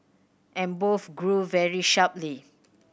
and both grew very sharply